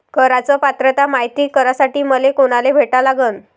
कराच पात्रता मायती करासाठी मले कोनाले भेटा लागन?